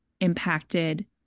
impacted